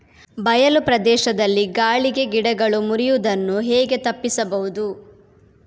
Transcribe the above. ಬಯಲು ಪ್ರದೇಶದಲ್ಲಿ ಗಾಳಿಗೆ ಗಿಡಗಳು ಮುರಿಯುದನ್ನು ಹೇಗೆ ತಪ್ಪಿಸಬಹುದು?